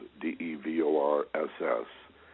D-E-V-O-R-S-S